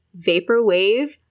Vaporwave